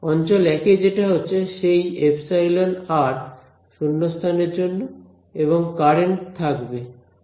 অঞ্চল 1 এ যেটা হচ্ছে সেই এপসাইলন আর শূন্য স্থানের জন্য এবং কারেন্ট থাকবে